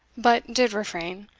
but did refrain,